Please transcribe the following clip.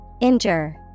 Injure